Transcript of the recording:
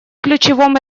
ключевом